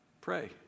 pray